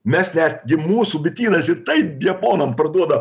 mes netgi mūsų bitynas ir tai japonam parduoda